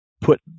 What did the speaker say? put